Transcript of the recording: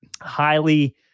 Highly